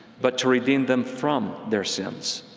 but to redeem them from their sins.